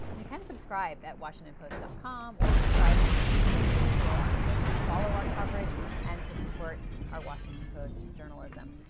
you can subscribe at washington post dot com or subscribe on youtube or on twitter. to follow our coverage and to support our washington post journalism.